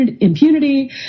impunity